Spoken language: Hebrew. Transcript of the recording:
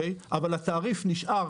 אבל התעריף נשאר